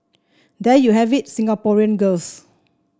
there you have it Singaporean girls